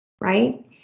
right